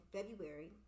February